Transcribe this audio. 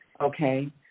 okay